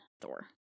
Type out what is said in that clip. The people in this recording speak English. thor